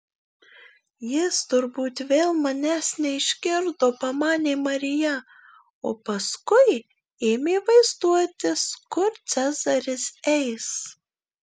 jis turbūt vėl manęs neišgirdo pamanė marija o paskui ėmė vaizduotis kur cezaris eis